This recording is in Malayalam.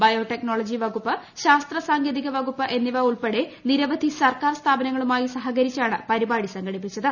ബയോടെക്നോളജി വകുപ്പ് ശാസ്ത്ര സാങ്കേതിക വകുപ്പ് എന്നിവ ഉൾപ്പെടെ നിരവധി സർക്കാർ സ്ഥാപനങ്ങളുമായി സഹകരിച്ചാണ് പരിപാടി സംഘടിപ്പിച്ചത്